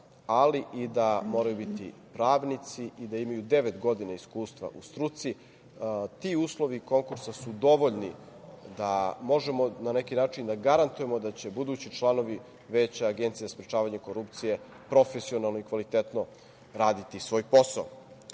ali i da moraju biti pravnici i da imaju devet godina iskustva u struci, ti uslovi konkursa su dovoljni da možemo, na neki način da garantujemo da će budući članovi članova Veća Agencije za sprečavanje korupcije profesionalno i kvalitetno raditi svoj posao.I